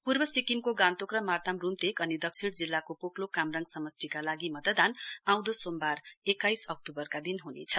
पूर्व सिककिमको गान्तोक र मार्ताम रूम्तेक अनि दक्षिण जिल्लाको पोकलोक कामराङ समष्टिका लागि मतदान आउँदो सोमवार एक्काइस अक्तूवरका दिन ह्नेछ